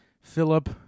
Philip